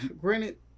granted